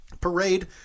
parade